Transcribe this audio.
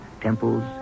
temples